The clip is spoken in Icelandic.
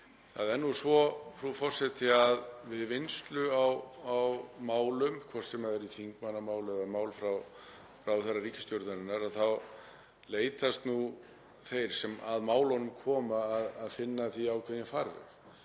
Það er nú svo, frú forseti, að við vinnslu á málum, hvort sem það eru þingmannamál eða mál frá ráðherra ríkisstjórnarinnar, þá leitast nú þeir sem að málunum koma að finna þeim ákveðinn farveg.